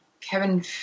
Kevin